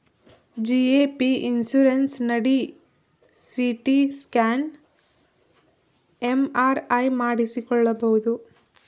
GAP insurance ನಡಿ CT scan, MRI ಮಾಡಿಸಿಕೊಳ್ಳಬಹುದು